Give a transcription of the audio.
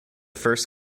first